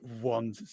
one